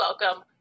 welcome